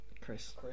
Chris